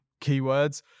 keywords